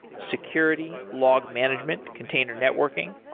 security, log management, container networking,